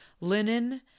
linen